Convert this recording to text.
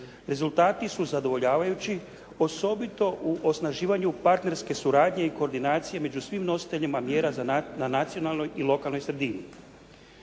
Rezultati su zadovoljavajući, osobito u osnaživanju partnerske suradnje i koordinacije među svim nositeljima mjera na nacionalnoj i lokalnoj sredini.